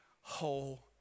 whole